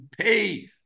pay